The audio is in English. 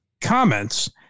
comments